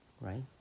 right